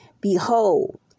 Behold